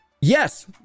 yes